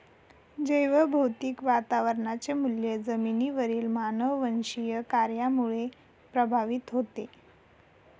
जैवभौतिक वातावरणाचे मूल्य जमिनीवरील मानववंशीय कार्यामुळे प्रभावित होते